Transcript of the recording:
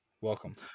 Welcome